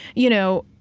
you know,